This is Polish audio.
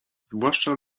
zwłaszcza